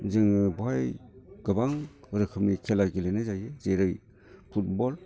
जों बाहाय गोबां रोखोमनि खेला गेलेनाय जायो जेरै फुटबल